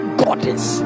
goddess